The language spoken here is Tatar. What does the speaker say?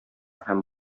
һәм